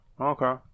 Okay